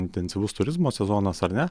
intensyvus turizmo sezonas ar ne